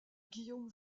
guillaume